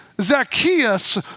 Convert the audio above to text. Zacchaeus